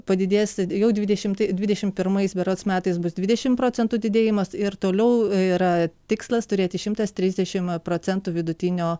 padidės jau dvidešimti dvidešimt pirmais berods metais bus dvidešimt procentų didėjimas ir toliau yra tikslas turėti šimtas trisdešimt procentų vidutinio